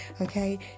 okay